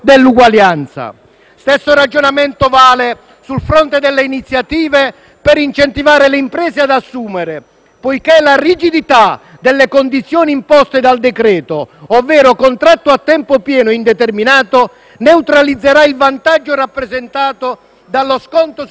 stesso ragionamento vale sul fronte delle iniziative per incentivare le imprese ad assumere, poiché la rigidità delle condizioni imposte dal decreto-legge, ovvero contratti a tempo pieno e indeterminato, neutralizzerà il vantaggio rappresentato dallo sconto sulla contribuzione.